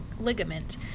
ligament